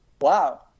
wow